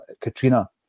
Katrina